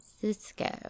Cisco